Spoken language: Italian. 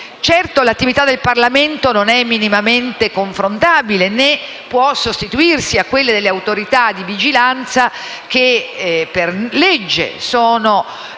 Certo, l'attività del Parlamento non è minimamente confrontabile né può sostituirsi a quella delle autorità di vigilanza, che per legge sono